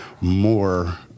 more